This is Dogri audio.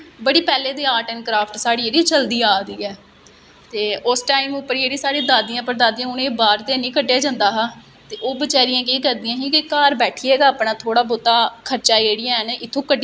कि एह् सब तू ज्यादा बड़ी तंगी ऐ है कि साढ़े कोल पैसे नेई होन ते अश कोई चीज नेई लेई सकदे और साढ़े कोल कोई समान नेई होऐ कोई कुसे चीज गी बनाने लेई